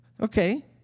Okay